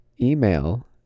Email